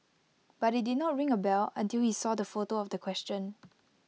but IT did not ring A bell until he saw the photo of the question